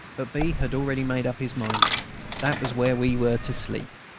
but b. had already made up his mind that was where we were to sleep.